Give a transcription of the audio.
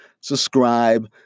Subscribe